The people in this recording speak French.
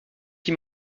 qui